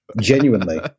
genuinely